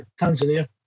Tanzania